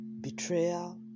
betrayal